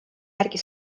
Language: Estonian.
järgi